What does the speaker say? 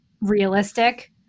realistic